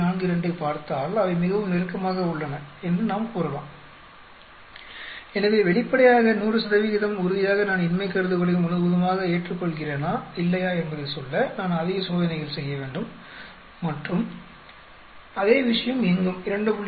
42 ஐப் பார்த்தால் அவை மிகவும் நெருக்கமாக உள்ளன என்று நாம் கூறலாம் எனவே வெளிப்படையாக 100 உறுதியாக நான் இன்மை கருதுகோளை முழுவதுமாக ஏற்றுக்கொள்கிறேனா இல்லையா என்பதை சொல்ல நான் அதிக சோதனைகள் செய்ய வேண்டும் மற்றும் அதே விஷயம் இங்கும் 2